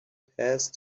passed